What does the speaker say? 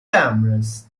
cameras